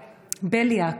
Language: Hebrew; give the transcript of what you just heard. בֵּליאק,